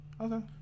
okay